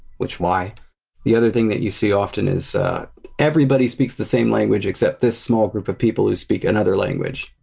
which, why? or the other thing that you see often is everybody speaks the same language except this small group of people who speak another language,